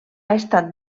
estat